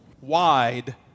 wide